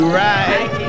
right